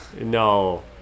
no